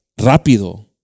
rápido